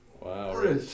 Wow